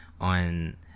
on